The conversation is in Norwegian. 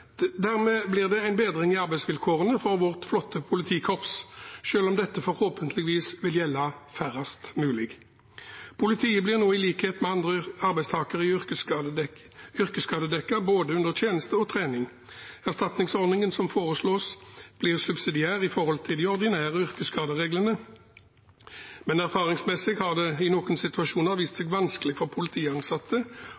Dermed blir det en bedring av arbeidsvilkårene for vårt flotte politikorps, selv om dette forhåpentligvis vil gjelde færrest mulig. Politiet blir nå, i likhet med andre arbeidstakere, yrkesskadedekket, både i tjeneste og i trening. Erstatningsordningen som foreslås, blir subsidiær i forhold til de ordinære yrkesskadereglene, men erfaringsmessig har det i noen situasjoner vist